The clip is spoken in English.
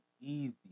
easy